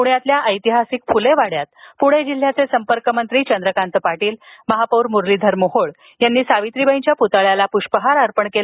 पुण्यातील ऐतिहासिक फुले वाड्यात पुणे जिल्ह्याचे संपर्कमंत्री चंद्रकांत पाटील महापौर मुरलीधर मोहोळ यांनी सावित्रीबाईंच्या पुतळ्याला प्ष्पहार अर्पण केला